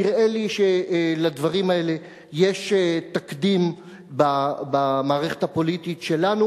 נראה לי שלדברים האלה יש תקדים במערכת הפוליטית שלנו.